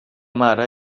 mare